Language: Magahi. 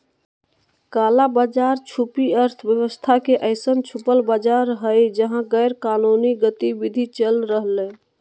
काला बाज़ार छुपी अर्थव्यवस्था के अइसन छुपल बाज़ार हइ जहा गैरकानूनी गतिविधि चल रहलय